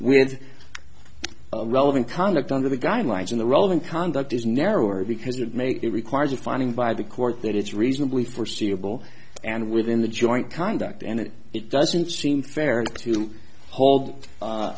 with relevant conduct under the guidelines in the relevant conduct is narrower because it makes it requires a finding by the court that it's reasonably foreseeable and within the joint conduct and it doesn't seem fair to hold